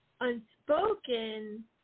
Unspoken